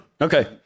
Okay